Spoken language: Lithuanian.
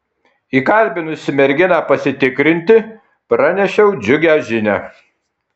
įkalbinusi merginą pasitikrinti pranešiau džiugią žinią